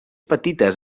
petites